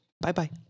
Bye-bye